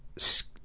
so,